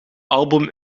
album